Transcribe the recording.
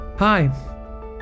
Hi